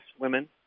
women